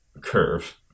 curve